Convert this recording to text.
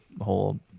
whole